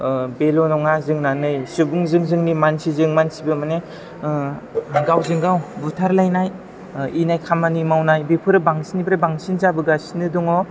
बेल' नङा जोंना नै सुबुंजों जोंनि मानसिजों मानसिबो माने गावजों गाव बुथारलायनाय इनाय खामानि मावनाय बेफोरो बांसिननिफ्राय बांसिन जाबोगासिनो दङ